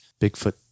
Bigfoot